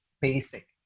basic